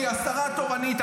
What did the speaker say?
והיא השרה התורנית,